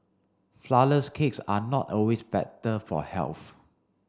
flour less cakes are not always better for health